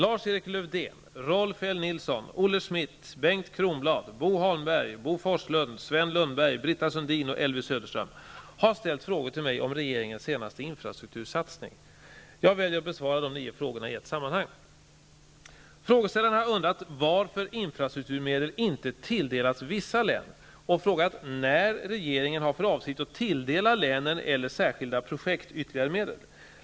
Herr talman! Lars-Erik Lövdén, Rolf L Nilson, Olle Söderström har ställt frågor till mig om regeringens senaste infrastruktursatsning. Jag väljer att besvara de nio frågorna i ett sammanhang. Frågeställarna har undrat varför infrastrukturmedel inte tilldelats vissa län och frågat när regeringen har för avsikt att tilldela länen eller särskilda projekt ytterligare medel.